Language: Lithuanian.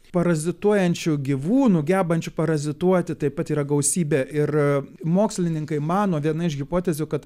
parazituojančių gyvūnų gebančių parazituoti taip pat yra gausybė ir mokslininkai mano viena iš hipotezių kad